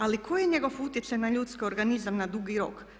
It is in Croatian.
Ali koji je njegov utjecaj na ljudski organizam na dugi rok?